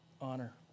honor